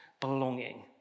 belonging